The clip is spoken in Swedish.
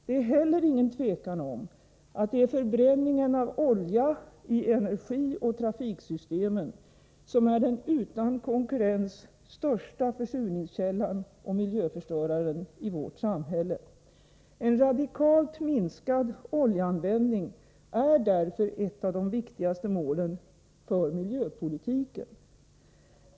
Det är heller inget tvivel om att det är förbränningen av olja i energioch trafiksystemen som är den utan konkurrens största försurningskällan och miljöförstöraren i vårt samhälle. En radikalt minskad oljeanvändning är därför ett av de viktigaste målen för miljöpolitiken.